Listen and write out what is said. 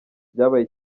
byabaye